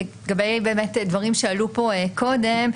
לגבי דברים שעלו כאן קודם.